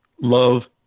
love